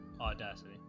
Audacity